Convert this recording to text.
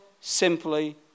simply